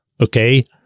okay